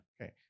Okay